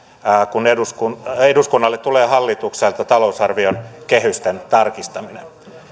kun eduskunnalle tulee hallitukselta talousarvion kehysten tarkistaminen